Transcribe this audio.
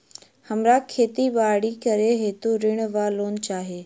हमरा खेती बाड़ी करै हेतु ऋण वा लोन चाहि?